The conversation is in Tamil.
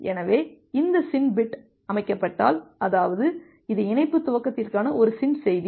எனவே இந்த SYN பிட் அமைக்கப்பட்டால் அதாவது இது இணைப்பு துவக்கத்திற்கான ஒரு SYN செய்தி